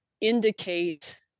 indicate